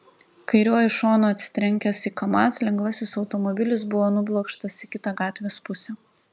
kairiuoju šonu atsitrenkęs į kamaz lengvasis automobilis buvo nublokštas į kitą gatvės pusę